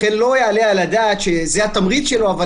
לכן לא יעלה על הדעת שזה התמריץ שלו אבל